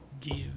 give